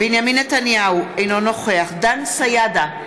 בנימין נתניהו, אינו נוכח דן סידה,